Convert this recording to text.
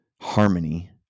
harmony